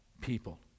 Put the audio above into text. people